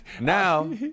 Now